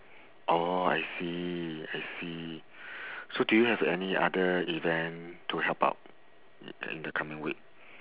oh I see I see so do you have any other event to help out in t~ in the coming week